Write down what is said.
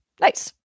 Nice